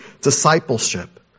discipleship